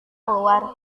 keluar